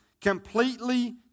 Completely